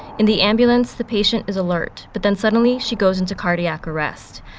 in the ambulance, the patient is alert. but then suddenly, she goes into cardiac arrest.